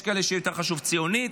יש כאלה שיותר חשוב להם ציונית,